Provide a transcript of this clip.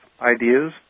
ideas